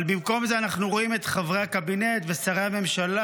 אבל במקום זה אנחנו רואים את חברי הקבינט ואת שרי הממשלה